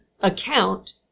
account